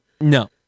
No